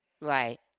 Right